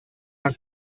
are